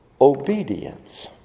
Obedience